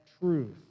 truth